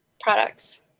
products